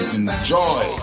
enjoy